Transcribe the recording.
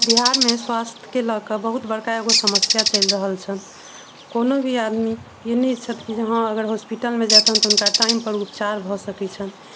बिहारमे स्वास्थके लऽ कऽ बहुत बड़का एगो समस्या चलि रहल छै कोनो भी आदमी ई नहि छथि कि हँ अगर हॉस्पिटलमे जतनि तऽ ओ टाइम पर उपचार भए सकैत छनि